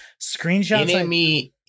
screenshots